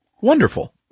wonderful